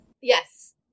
Yes